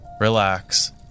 relax